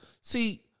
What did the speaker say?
see